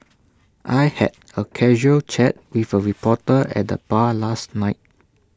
I had A casual chat with A reporter at the bar last night